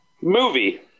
Movie